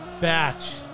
Batch